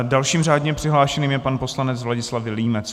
Dalším řádně přihlášeným je pan poslanec Vladislav Vilímec.